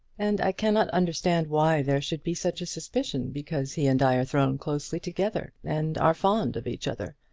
and i cannot understand why there should be such a suspicion because he and i are thrown closely together, and are fond of each other.